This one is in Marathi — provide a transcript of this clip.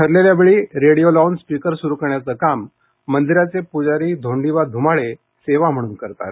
ठरलेल्या वेळी रेडियो लावून स्पिकर सूरु करण्याचं काम मंदिराचे पूजारी धोंडीबा धूमाळे सेवा म्हणून करतात